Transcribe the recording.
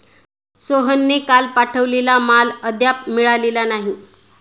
सोहनने काल पाठवलेला माल अद्याप मिळालेला नाही